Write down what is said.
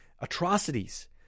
atrocities